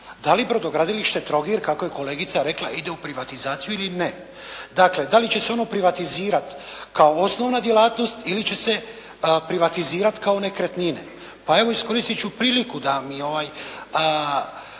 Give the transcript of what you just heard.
da li brodogradilište Trogir kako je kolegica rekla ide u privatizaciju ili ne? Dakle da li će se ono privatizirati kao osnovna djelatnost ili će se privatizirati kao nekretnine? Pa evo iskoristit ću priliku da mi